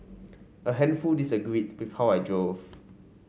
a handful disagreed with how I drove